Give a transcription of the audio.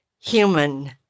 human